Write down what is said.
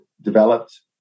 developed